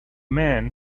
men